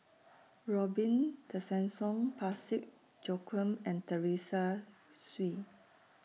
Robin Tessensohn Parsick Joaquim and Teresa Hsu